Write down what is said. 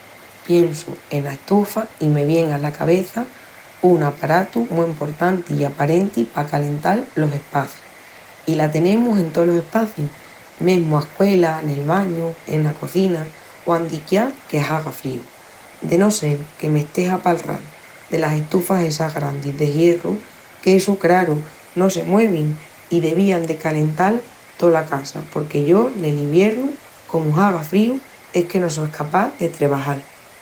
Piensu ena estufa i me vien ala cabeça un aparatu mu emportanti i aparenti pa calental los espacius. I la tenemus en tolos espacius, mesmu a escuela, nel bañu, ena cozina o andiquiá que haga fríu. De no sel que m'estés a palral delas estufas essas grandis de hierru qu'essu, craru, no se muevin, i devián de calental tola casa porque yo, nel iviernu, comu haga fríu, es que no só escapás de trebajal.